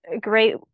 great